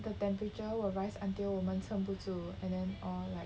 the temperature will rise until 我们撑不住 and then or like